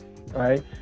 right